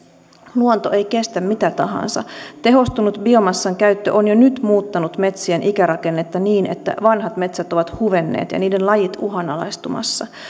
luonto ei kestä mitä tahansa tehostunut biomassan käyttö on jo nyt muuttanut metsien ikärakennetta niin että vanhat metsät ovat huvenneet ja niiden lajit uhanalaistumassa